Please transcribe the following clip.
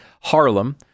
Harlem